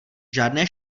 žádné